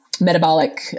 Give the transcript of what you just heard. Metabolic